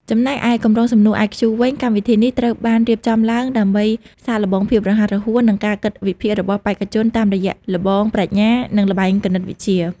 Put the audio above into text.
ចំណែកឯកម្រងសំណួរ IQ វិញ កម្មវិធីនេះត្រូវបានរៀបចំឡើងដើម្បីសាកល្បងភាពរហ័សរហួន និងការគិតវិភាគរបស់បេក្ខជនតាមរយៈល្បងប្រាជ្ញា និងល្បែងគណិតវិទ្យា។